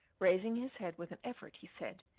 raising his head with an effort, he said,